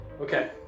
Okay